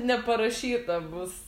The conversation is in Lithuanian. neparašyta bus